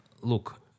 look